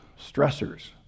stressors